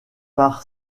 par